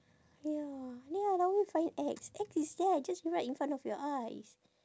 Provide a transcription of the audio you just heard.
ya ya find X X is there just right in front of your eyes